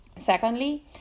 Secondly